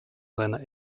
seiner